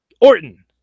Orton